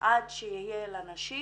עד שתהיה לנשים